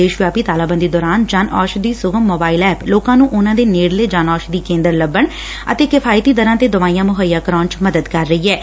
ਦੇਸ਼ ਵਿਆਪੀ ਤਾਲਾਬੰਦੀ ਦੌਰਾਨ ਜਲ ਔਸ਼ਧੀ ਸੁਗਮ ਮੋਬਾਇਲ ਐਪ ਲੋਕਾ ਨੂੰ ਉਨਾਂ ਦੇ ਨੇੜਲੇ ਜਨ ਔਸ਼ਧੀ ਕੇਦਰ ਲੱਭਣ ਅਤੇ ਕਿਫ਼ਾਇਤੀ ਦਰਾਂ ਤੇ ਦਵਾਈਆਂ ਮੁਹੱਈਆ ਕਰਾਉਣ ਚ ਮਦਦ ਕਰ ਰਹੀ ਐਂ